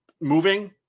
Moving